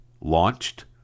launched